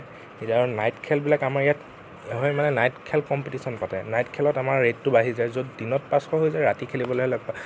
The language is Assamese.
কেতিয়াবা নাইট খেলবিলাক আমাৰ ইয়াত আমাৰ মানে নাইট খেল কম্পিটিশ্যন পাতে নাইট খেলত আমাৰ ৰেটটো বাঢ়ি যায় য'ত দিনত পাঁচশ হয় ৰাতি খেলিবলে হ'লে